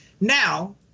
now